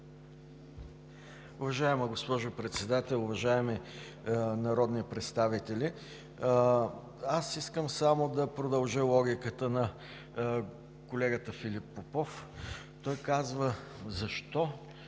Уважаема госпожо Председател, уважаеми народни представители! Аз искам само да продължа логиката на колегата Филип Попов. Той казва - защо